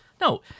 No